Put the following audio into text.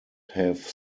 have